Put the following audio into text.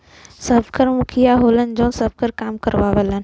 सबकर मुखिया होलन जौन सबसे काम करावलन